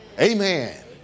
Amen